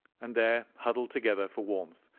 and there huddled together for warmth,